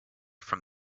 from